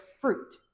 fruit